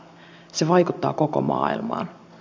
se vaikuttaa koko maailmaan